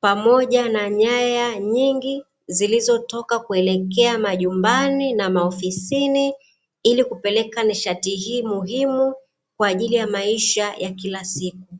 pamoja na nyaya nyingi zilizotoka kuelekea majumbani na maofisini ili kupeleka nishati hii muhimu kwa ajili ya maisha ya kila siku.